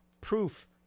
proof